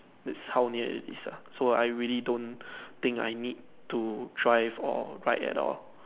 that's how near it is ah so I really don't think I need to try for ride at all